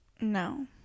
No